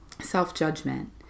self-judgment